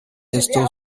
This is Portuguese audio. estou